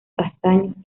castaños